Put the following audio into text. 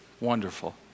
wonderful